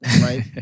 right